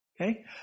Okay